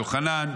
יוחנן,